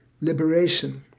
liberation